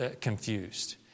confused